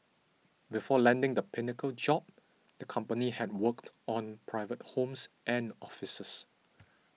before landing the Pinnacle job the company had worked on private homes and offices